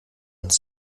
uns